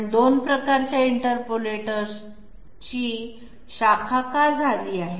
पण 2 प्रकारच्या इंटरपोलेटर्सची शाखा का झाली आहे